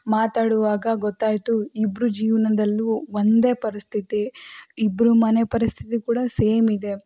ಮಾತಾಡುವಾಗ ಗೊತ್ತಾಯಿತು ಇಬ್ಬರ ಜೀವನದಲ್ಲೂ ಒಂದೇ ಪರಿಸ್ಥಿತಿ ಇಬ್ಬರ ಮನೆ ಪರಿಸ್ಥಿತಿ ಕೂಡ ಸೇಮ್ ಇದೆ